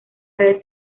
red